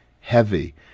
heavy